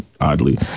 oddly